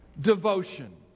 devotion